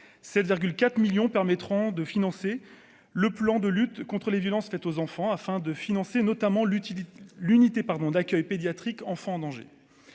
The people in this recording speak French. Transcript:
4 millions permettront de financer le plan de lutte contre les violences faites aux enfants, afin de financer notamment l'utilise l'unité pardon d'accueil pédiatrique, enfants en danger